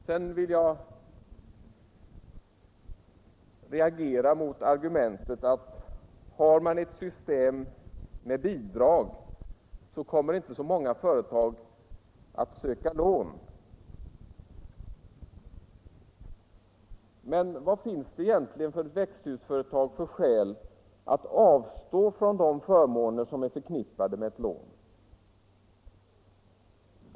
Sedan vill jag reagera mot argumentet, att om man har ett system med bidrag, så kommer inte så många företag att söka lån. Men vad finns det egentligen för skäl för växthusföretagen att avstå från de förmåner som är förknippade med ett lån?